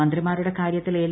മന്ത്രിമാരുടെ കാര്യത്തിൽ എൽ